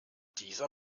dieser